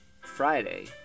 Friday